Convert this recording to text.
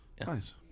Nice